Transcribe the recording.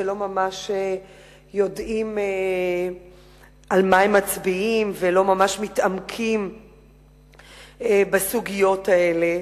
שלא ממש יודעים על מה הם מצביעים ולא ממש מתעמקים בסוגיות האלה.